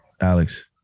Alex